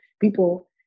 people